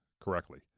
correctly